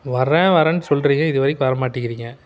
வர்றேன் வர்றேன்னு சொல்கிறீங்க இது வரைக்கும் வரமாட்டிங்கிறீங்க